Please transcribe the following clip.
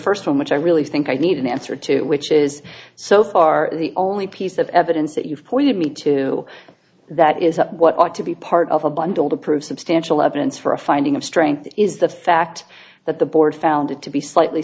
first one which i really think i need an answer to which is so far the only piece of evidence that you've pointed me to that is of what ought to be part of a bundle to prove substantial evidence for a finding of strength is the fact that the board found it to be slightly